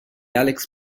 alex